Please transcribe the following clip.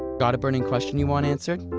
got a burning question you want answered?